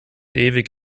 ewig